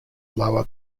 lower